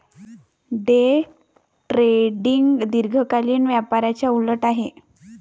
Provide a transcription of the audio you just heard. day trading दीर्घकालीन व्यापाराच्या उलट आहे